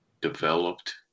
developed